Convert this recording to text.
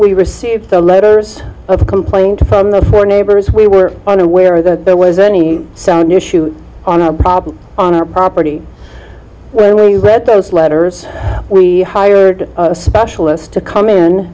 we receive the letters of complaint from the four neighbors we were unaware that there was any sound issue on a problem on our property when we read those letters we hired a specialist to come in